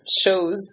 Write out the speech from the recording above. shows